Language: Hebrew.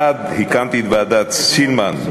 1. הקמתי את ועדת סילמן,